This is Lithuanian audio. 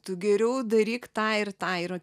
tu geriau daryk tą ir tą ir